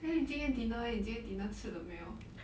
then 你今天 dinner eh 你今天 dinner 吃了没有